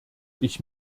ich